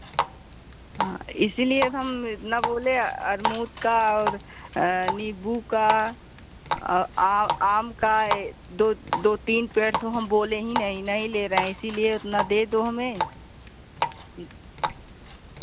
हाँ इसीलिए तो हम इतना बोले अमरूद का और नींबू का और आम का ये दो दो तीन पेड़ तो हम बोले ही नहीं नहीं ले रहे हैं इसीलिए उतना दे दो हमें फिर